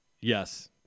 Yes